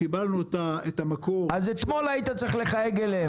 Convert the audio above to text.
קיבלנו את המקור --- אז אתמול היית צריך לחייג אליהם.